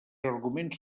arguments